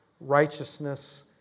righteousness